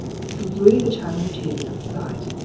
through the channel to the other side.